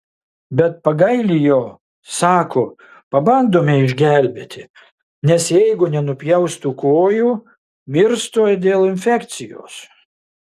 bet pagaili jo sako pabandome išgelbėti nes jeigu nenupjaus tų kojų mirs tuoj dėl infekcijos